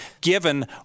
given